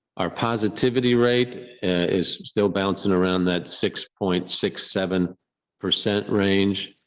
our positivity rate is still bouncing around that six point six seven percent range.